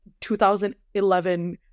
2011